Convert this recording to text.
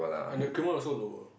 and the increment also lower